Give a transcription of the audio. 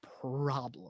problem